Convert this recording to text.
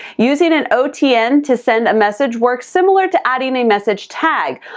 using an otn to send a message works similar to adding a message tag.